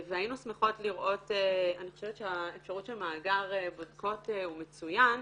והיינו שמחות לראות אני חושבת שהאפשרות של מאגר בודקות הוא מצוין,